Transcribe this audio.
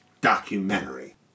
documentary